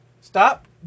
Stop